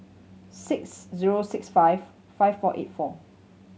six zero six five five four eight four